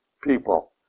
people